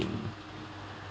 in